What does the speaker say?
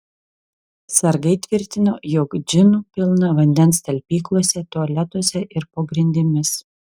sargai tvirtino jog džinų pilna vandens talpyklose tualetuose ir po grindimis